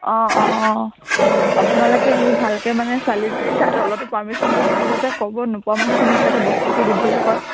অঁ অঁ অঁ আপোনালোকে এইবোৰ ভালকৈ মানে চালি যাৰি চাই তলতো পাৰ্মিশ্যনটো দি দিব যে ক'ব নোপোৱা মানুহখিনিক যাতে বস্তুটো দিবলৈ কয়